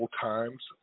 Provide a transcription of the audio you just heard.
Times